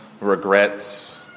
regrets